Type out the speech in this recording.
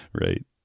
Right